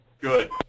Good